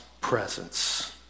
presence